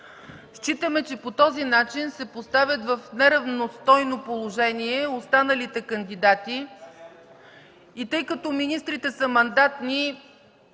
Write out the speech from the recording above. Считаме, че по този начин се поставят в неравностойно положение останалите кандидати и тъй като министрите са мандатни,